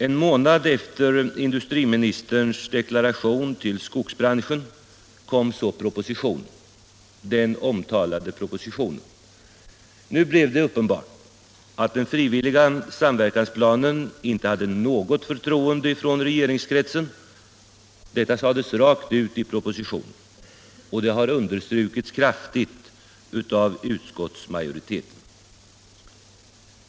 En månad efter industriministerns deklaration till skogsbranschen kom så den omtalade propositionen. Nu blev det uppenbart att något förtroende från regeringskretsen inte fanns för den frivilliga samverkansplanen. Detta sades rakt ut i propositionen och det har understrukits kraftigt av utskottsmajoriteten.